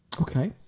Okay